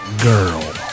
girl